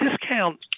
discount